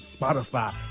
Spotify